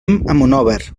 monòver